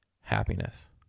happiness